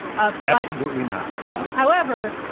ah absolutely not, yeah however,